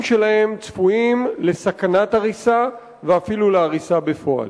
שלהם צפויים לסכנת הריסה ואפילו להריסה בפועל.